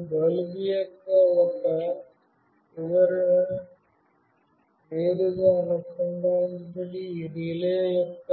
మరియు బల్బ్ యొక్క ఒక చివర నేరుగా అనుసంధానించబడి ఈ రిలే యొక్క